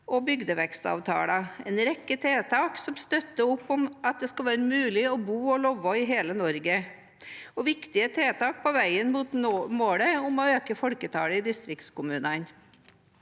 og bygdevekstavtaler – en rekke tiltak som støtter opp om at det skal være mulig å bo og leve i hele Norge. Det er viktige tiltak på veien mot målet om å øke folketallet i distriktskommunene.